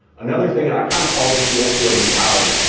another thing, and i kind of call this the seo mentality,